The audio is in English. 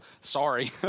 Sorry